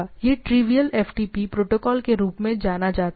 यह trivial FTP protocol के रूप में जाना जाता है